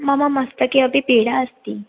मम मस्तकेऽपि पीडा अस्ति